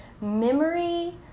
memory